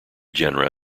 genera